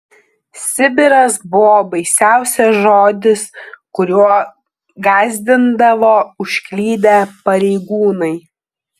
sibiras buvo baisiausias žodis kuriuo gąsdindavo užklydę pareigūnai